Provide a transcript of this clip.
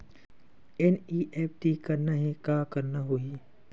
NEFT करना हे का करना होही?